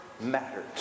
mattered